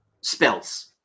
Spells